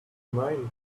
mind